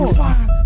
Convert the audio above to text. five